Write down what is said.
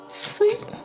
Sweet